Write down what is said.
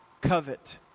covet